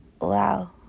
Wow